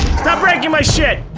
stop breaking my shit.